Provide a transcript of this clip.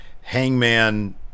hangman